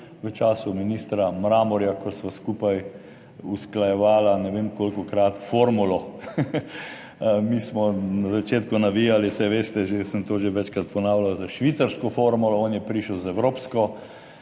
v času ministra Mramorja, ko sva skupaj usklajevala ne vem kolikokrat formulo. Mi smo na začetku navijali, saj veste, sem to že večkrat ponavljal, s švicarsko formulo, on je prišel z evropsko.